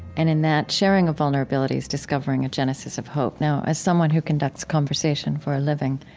and in that sharing of vulnerabilities, discovering a genesis of hope. now as someone who conducts conversation for a living,